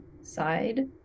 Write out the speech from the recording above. side